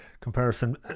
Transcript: comparison